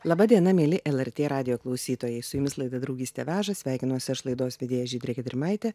laba diena mieli lrt radijo klausytojai su jumis laida draugystė veža sveikinuosi aš laidos vedėja žydrė gedrimaitė